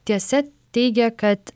tiesa teigė kad